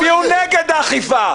אז תצביעו נגד האכיפה,